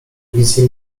wizje